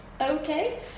okay